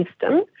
system